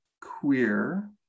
queer